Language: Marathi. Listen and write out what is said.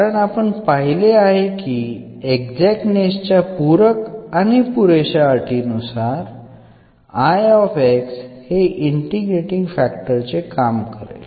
कारण आपण पहिले आहे की एक्झाक्टनेस च्या पूरक आणि पुरेश्या अटीनुसार I हे इंटिग्रेटींग फॅक्टर चे काम करेल